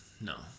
No